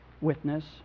witness